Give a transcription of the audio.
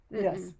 Yes